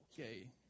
okay